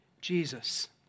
Jesus